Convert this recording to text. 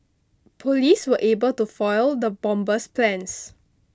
police were able to foil the bomber's plans